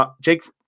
Jake